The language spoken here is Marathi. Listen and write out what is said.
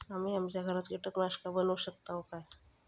आम्ही आमच्या घरात कीटकनाशका बनवू शकताव काय?